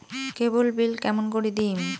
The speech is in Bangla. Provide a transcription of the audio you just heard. কেবল বিল কেমন করি দিম?